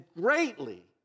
greatly